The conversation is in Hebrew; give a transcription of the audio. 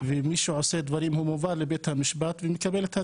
ומי שעושה דברים מובא לבית המשפט ומקבל את הדין.